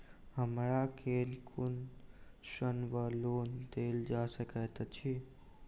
हमरा केँ कुन ऋण वा लोन देल जा सकैत अछि?